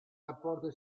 rapporto